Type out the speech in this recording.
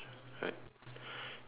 right